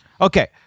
Okay